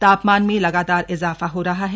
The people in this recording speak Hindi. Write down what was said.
तापमान में लगातार इजाफा हो रहा है